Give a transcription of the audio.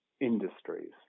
industries